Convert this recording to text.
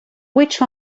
which